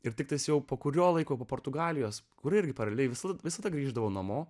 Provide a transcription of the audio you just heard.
ir tik tas jau po kurio laiko portugalijos kur irgi paraleliai visur visada grįždavau namo